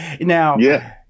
Now